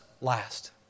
last